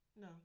No